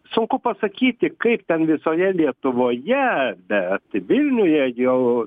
sunku pasakyti kaip ten visoje lietuvoje bet vilniuje jau